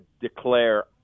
declare